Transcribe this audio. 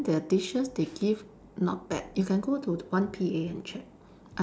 then their dishes they give not bad you can go to one P_A and check